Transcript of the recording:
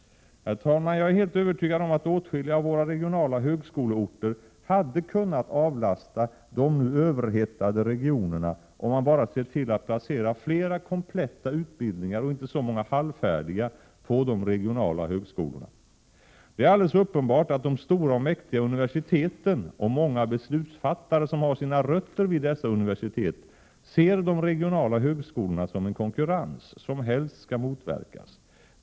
Herr talman! Jag är helt övertygad om att åtskilliga av våra regionala högskoleorter hade kunnat avlasta de nu överhettade regionerna, om man bara sett till att placera flera kompletta utbildningar, och inte så många halvfärdiga, på de regionala högskolorna. Det är alldeles uppenbart att de stora och mäktiga universiteten och många beslutsfattare, som har sina rötter vid dessa universitet, ser de regionala högskolorna som en konkurrens, som helst skall motverkas.